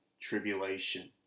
tribulation